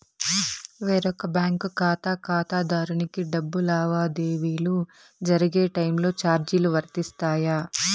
వేరొక బ్యాంకు ఖాతా ఖాతాదారునికి డబ్బు లావాదేవీలు జరిగే టైములో చార్జీలు వర్తిస్తాయా?